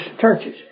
churches